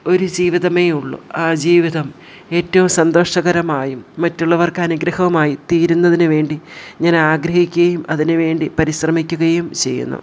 ഒരു ജീവിതമേയുള്ളു ആ ജീവിതം ഏറ്റവും സന്തോഷകരമായും മറ്റുള്ളവർക്ക് അനുഗ്രഹമായി തീരുന്നതിനു വേണ്ടി ഞാൻ ആഗ്രഹിക്കുകയും അതിനു വേണ്ടി പരിശ്രമിക്കുകയും ചെയ്യുന്നു